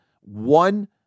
one